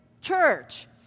church